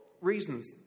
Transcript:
reasons